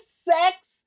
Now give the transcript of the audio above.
sex